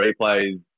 replays